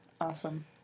Awesome